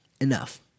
enough